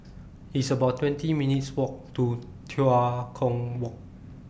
It's about twenty minutes' Walk to Tua Kong Walk